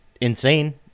insane